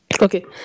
Okay